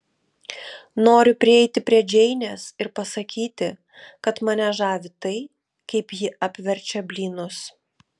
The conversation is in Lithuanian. noriu prieiti prie džeinės ir pasakyti kad mane žavi tai kaip ji apverčia blynus